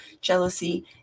jealousy